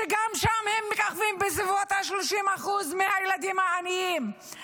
שגם שם הם מככבים בסביבות 30% מהילדים העניים.